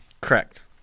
Correct